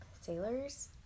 sailors